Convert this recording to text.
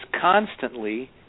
constantly